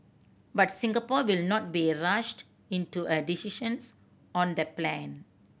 but Singapore will not be rushed into a decisions on the plane